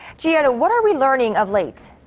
ji-yeon, what are we learning of late?